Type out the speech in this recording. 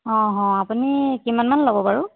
আপুনি কিমানমান ল'ব বাৰু